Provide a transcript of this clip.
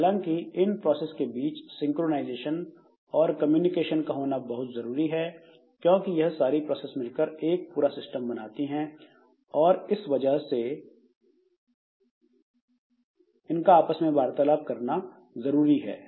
हालांकि इन प्रोसेस के बीच सिंक्रोनाइजेशन और कम्युनिकेशन का होना बहुत जरूरी है क्योंकि यह सारी प्रोसेस मिलकर एक पूरा सिस्टम बनाती हैं और इस वजह से इनका आपस में वार्तालाप करना जरूरी होता है